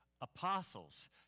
apostles